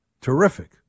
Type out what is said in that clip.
Terrific